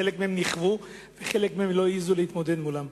חלק מהם נכוו וחלק מהם לא העזו להתמודד אתן.